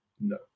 No